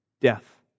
death